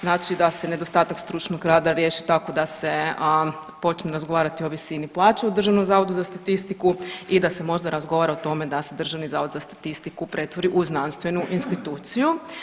Znači da se nedostatak stručnog rada riješi tako da se počne razgovarati o visinu plaće u Državnom zavodu za statistiku i da se možda razgovara o tome da se Državni zavod za statistiku pretvori u znanstvenu instituciju.